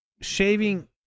shaving